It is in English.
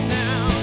now